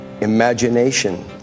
imagination